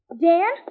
Dan